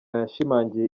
yashimangiye